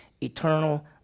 eternal